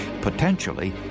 potentially